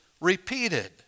repeated